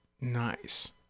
nice